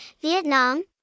Vietnam